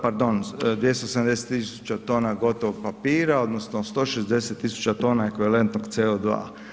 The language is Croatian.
Pardon, 270 000 tona gotovog papira odnosno 160 000 ekvivalentnog CO2.